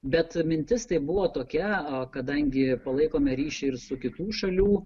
bet mintis tai buvo tokia a kadangi palaikome ryšį ir su kitų šalių